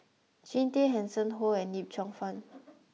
Jean Tay Hanson Ho and Yip Cheong Fun